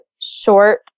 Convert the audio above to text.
short